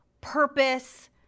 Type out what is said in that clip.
purpose